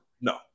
No